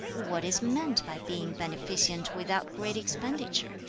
what is meant by being beneficent without great expenditure